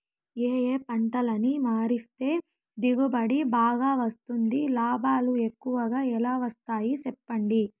ఏ ఏ పంటలని మారిస్తే దిగుబడి బాగా వస్తుంది, లాభాలు ఎక్కువగా ఎలా వస్తాయి సెప్పండి